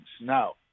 Now